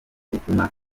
ituma